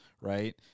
right